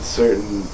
certain